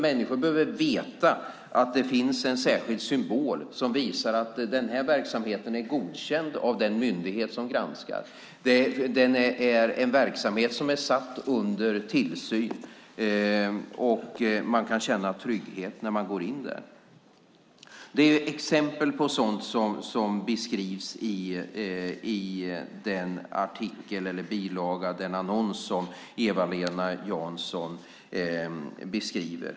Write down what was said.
Människor behöver veta att det finns en särskild symbol som visar att en viss verksamhet är godkänd av den myndighet som granskar, att det är en verksamhet som är satt under tillsyn, och att man därmed kan känna trygghet när man använder sig av den. Det är exempel på sådant som beskrivs i den artikel, bilaga, annons som Eva-Lena Jansson beskriver.